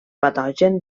patogen